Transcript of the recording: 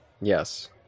Yes